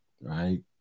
right